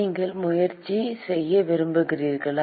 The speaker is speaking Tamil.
நீங்கள் முயற்சி செய்ய விரும்புகிறீர்களா